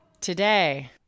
Today